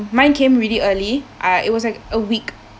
mine came really early I it was like a week